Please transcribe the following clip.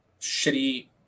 shitty